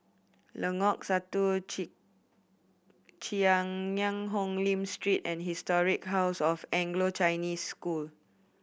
Lengkok Satu Cheang Hong Lim Street and Historic House of Anglo Chinese School